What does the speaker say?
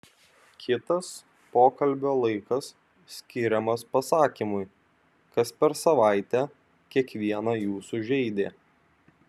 kitas pokalbio laikas skiriamas pasakymui kas per savaitę kiekvieną jūsų žeidė